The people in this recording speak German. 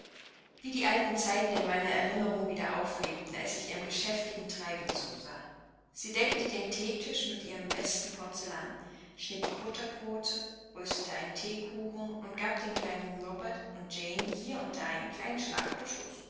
wie die alten zeiten in meiner erinnerung wieder auflebten als ich ihrem geschäftigen treiben zusah sie deckte den theetisch mit ihrem besten porzellan schnitt die butterbrote röstete einen theekuchen und gab dem kleinen robert und jane hier und da einen kleinen schlag oder